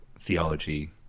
theology